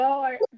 Lord